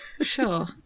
Sure